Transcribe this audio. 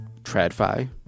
TradFi